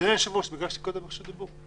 אדוני היושב-ראש, ביקשתי קודם רשות דיבור.